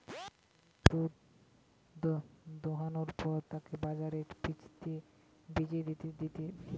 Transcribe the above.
গরুর দুধ দোহানোর পর তাকে বাজারে বেচে দিতেছে